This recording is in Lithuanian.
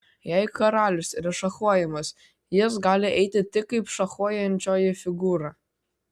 jei karalius yra šachuojamas jis gali eiti tik kaip šachuojančioji figūra